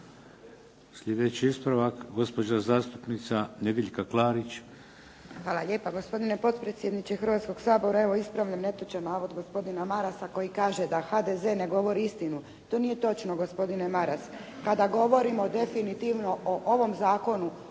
Sljedeći ispravak gospođa zastupnica Nedjeljka Klarić. **Klarić, Nedjeljka (HDZ)** Hvala lijepa gospodine potpredsjedniče Hrvatskog sabora. Evo, ispravljam netočan navod gospodina Marasa koji kaže da HDZ ne govori istinu. To nije točno gospodine Maras. Kada govorimo definitivno o ovom zakonu,